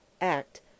act